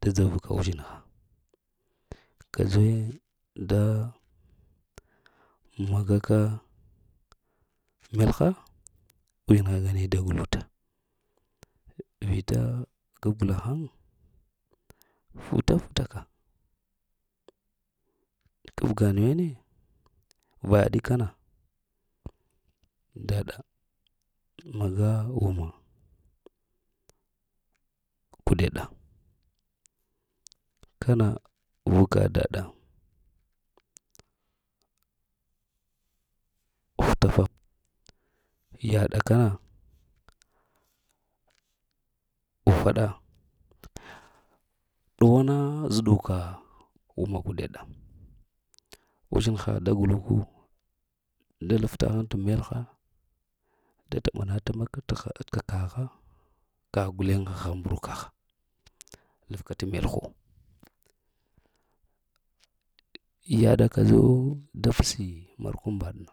do dzovka uzhinha kadzuwi da maga ka melha uzhinha ŋane da glafta, vita gafgla haŋ, futa-futa ka, kabga nuwene va yaɗ kəna, daɗa maga wuma kudeɗa kənna, vuka daɗa, hutafa yaɗa kəna ufaɗa. Ɗugwana zuɗuka wuma kudeɗa. Uzhinha da guluku da laft haŋ at melha, da tama ɗa tama teh t kagha, kah guleŋ haha mbrukaha lafka t melhu, yaɗa kadzuwi da psi murkwan mbaɗna